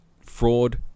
fraud